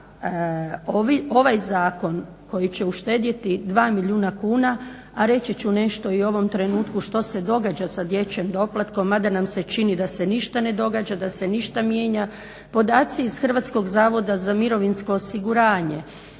ovaj zakon koji će uštedjeti dva milijuna kuna, a reći ću nešto i u ovom trenutku što se događa sa dječjim doplatkom mada nam se čini da se ništa ne događa, da se ništa ne mijenja. Podaci iz Hrvatskog zavoda za mirovinsko osiguranje